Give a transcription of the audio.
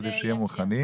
כדי שהם יהיו מוכנים.